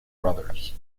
bros